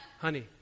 honey